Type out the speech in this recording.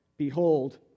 Behold